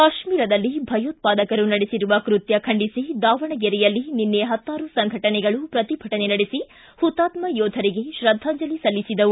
ಕಾಶ್ಮೀರದಲ್ಲಿ ಭಯೋತ್ಪಾದಕರು ನಡೆಸಿರುವ ಕೃತ್ತ ಖಂಡಿಸಿ ದಾವಣಗೆರೆಯಲ್ಲಿ ನಿನ್ನೆ ಹತ್ತಾರು ಸಂಘಟನೆಗಳು ಪ್ರತಿಭಟನೆ ನಡೆಸಿ ಹುತಾತ್ಮ ಯೋಧರಿಗೆ ಶ್ರದ್ದಾಂಜಲಿ ಸಲ್ಲಿಸಿದವು